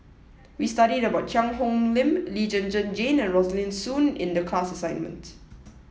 we studied about Cheang Hong Lim Lee Zhen Zhen Jane and Rosaline Soon in the class assignment